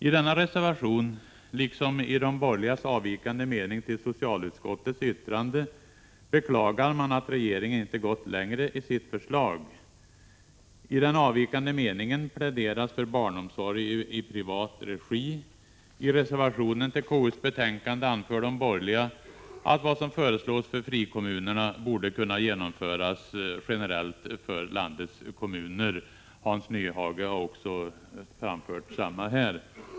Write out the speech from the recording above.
I denna reservation, liksom i de borgerligas avvikande mening till socialutskottets yttrande, beklagar man att regeringen inte gått längre i sitt förslag. I den avvikande meningen pläderas för barnomsorg i privat regi. I reservationen till KU:s betänkande anför de borgerliga att vad som föreslås för frikommunerna borde kunna genomföras generellt för landets kommuner. Hans Nyhage har framfört detsamma här.